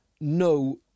No